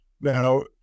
Now